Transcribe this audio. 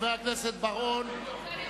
לחבר הכנסת בר-און.